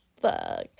Fuck